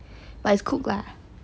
but it's cooked lah